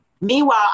meanwhile